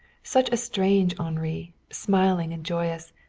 such a strange henri, smiling and joyous,